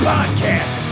Podcast